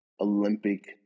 Olympic